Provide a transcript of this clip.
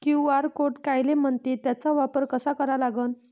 QR code कायले म्हनते, त्याचा वापर कसा करा लागन?